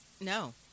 No